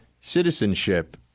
citizenship